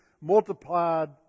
multiplied